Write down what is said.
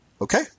Okay